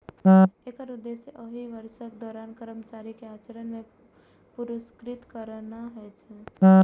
एकर उद्देश्य ओहि वर्षक दौरान कर्मचारी के आचरण कें पुरस्कृत करना होइ छै